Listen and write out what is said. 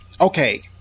okay